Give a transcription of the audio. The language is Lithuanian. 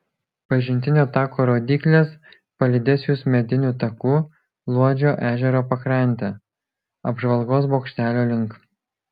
pažintinio tako rodyklės palydės jus mediniu taku luodžio ežero pakrante apžvalgos bokštelio link